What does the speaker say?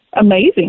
amazing